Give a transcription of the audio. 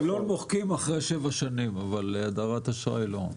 קלון מוחקים אחרי שבע שנים, אבל הדרת אשראי לא.